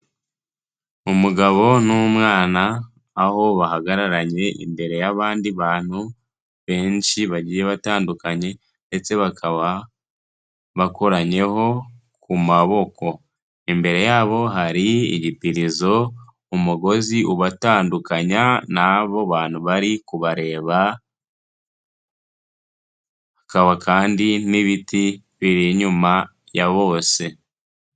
Umugabo n'umwana, aho bahagararanye imbere y'abandi bantu benshi bagiye batandukanye ndetse bakaba bakoranyeho ku maboko. Imbere yabo hari ibipirizo, umugozi ubatandukanya n'abo bantu bari kubareba, hakaba kandi n'ibiti biri inyuma ya bose.